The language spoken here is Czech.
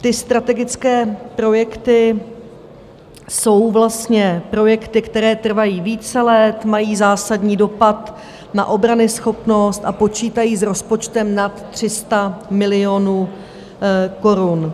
Ty strategické projekty jsou vlastně projekty, které trvají více let, mají zásadní dopad na obranyschopnost a počítají s rozpočtem nad 300 milionů korun.